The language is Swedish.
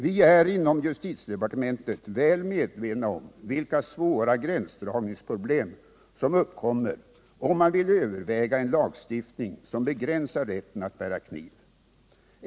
Vi är inom justitiedepartementet väl medvetna om vilka svåra gränsdragningsproblem som uppkommer om man vill överväga en lagstiftning som begränsar rätten att bära kniv.